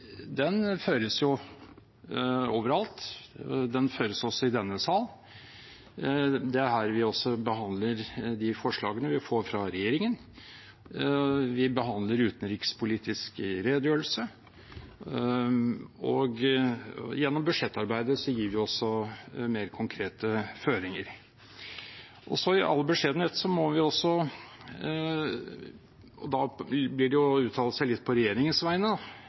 Den føres også i denne sal. Det er her vi behandler de forslagene vi får fra regjeringen, vi behandler utenrikspolitisk redegjørelse, og gjennom budsjettarbeidet gir vi også mer konkrete føringer. I all beskjedenhet – og det blir å uttale seg litt på regjeringens vegne